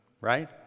right